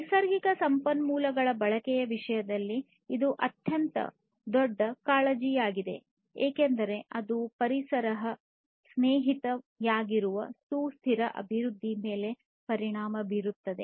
ನೈಸರ್ಗಿಕ ಸಂಪನ್ಮೂಲಗಳ ಬಳಕೆಯ ವಿಷಯದಲ್ಲಿ ಇದು ಅತ್ಯಂತ ದೊಡ್ಡ ಕಾಳಜಿಯಾಗಿದೆ ಏಕೆಂದರೆ ಅದು ಪರಿಸರ ಸ್ನೇಹಿಯಾಗಿರುವ ಸುಸ್ಥಿರ ಅಭಿವೃದ್ಧಿಯ ಮೇಲೆ ಪರಿಣಾಮ ಬೀರುತ್ತದೆ